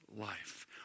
life